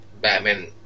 Batman